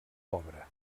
pobre